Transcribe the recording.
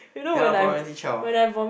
ya problematic child